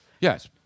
Yes